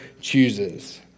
chooses